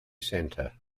center